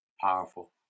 Powerful